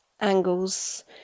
angles